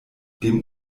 dem